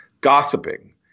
gossiping